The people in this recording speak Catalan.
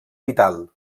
vital